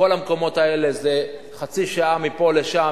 כל המקומות האלה זה חצי שעה מפה לשם,